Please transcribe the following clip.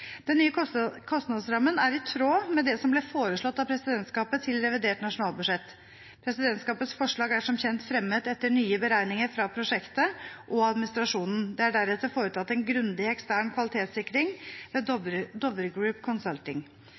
Den nye kostnadsrammen er i tråd med det som ble foreslått av presidentskapet til revidert nasjonalbudsjett. Presidentskapets forslag er som kjent fremmet etter nye beregninger fra prosjektet og administrasjonen. Det er deretter foretatt en grundig ekstern kvalitetssikring av Dovre Group